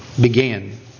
began